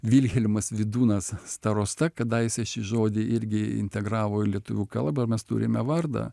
vilhelmas vydūnas starosta kadaise šį žodį irgi integravo į lietuvių kalbą ir mes turime vardą